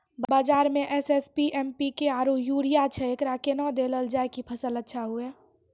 बाजार मे SSP, MPK आरु यूरिया छैय, एकरा कैना देलल जाय कि फसल अच्छा हुये?